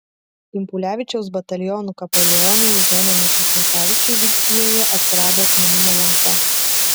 impulevičiaus batalionų kapelionui zenonui ignatavičiui vilkijoje atsirado atminimo lenta